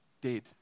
dead